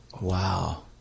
wow